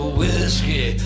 whiskey